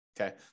Okay